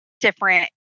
different